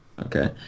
okay